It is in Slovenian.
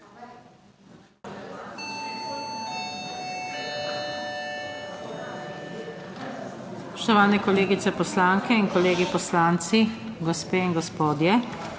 Spoštovane kolegice poslanke in kolegi poslanci, gospe in gospodje,